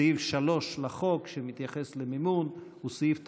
סעיף 3 לחוק, שמתייחס למימון, הוא סעיף תקציבי,